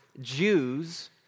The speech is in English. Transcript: Jews